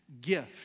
gift